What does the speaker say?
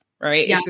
right